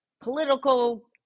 political